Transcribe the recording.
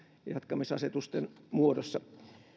jatkamisasetusten muodossa